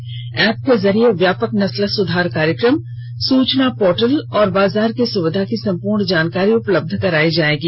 इस ऐप के जरिए व्यापक नस्ल सुधार कार्यक्रम सूचना पोर्टल और बाजार की सुविधा की संपूर्ण जानकारी उपलब्ध करायी जाएगी